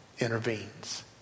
intervenes